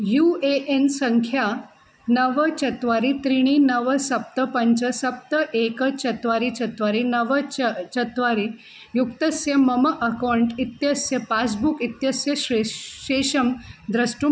you A N सङ्ख्या नव चत्वारि त्रीणि नव सप्त पञ्च सप्त एक चत्वारि चत्वारि नव च चत्वारि युक्तस्य मम अकौण्ट् इत्यस्य पास्बुक् इत्यस्य शेषं शेषं द्रष्टुं